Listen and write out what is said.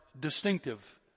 distinctive